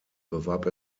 bewarb